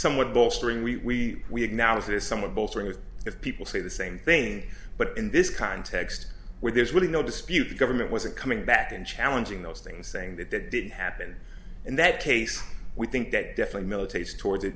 somewhat bolstering we we have now it is somewhat bolstering that if people say the same thing but in this context where there's really no dispute the government wasn't coming back and challenging those things saying that that didn't happen in that case we think that definitely militates towards it